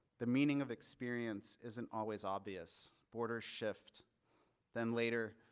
the meaning of experience isn't always obvious border shift than later.